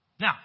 Now